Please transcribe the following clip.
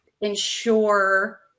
ensure